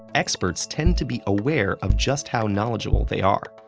experts tend to be aware of just how knowledgeable they are.